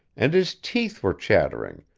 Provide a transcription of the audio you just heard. and his teeth were chattering,